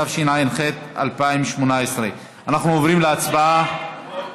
התשע"ח 2018. אנחנו עוברים להצבעה.